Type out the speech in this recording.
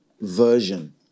version